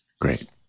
great